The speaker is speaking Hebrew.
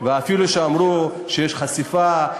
ואפילו שאמרו שיש חשיפה,